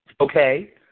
Okay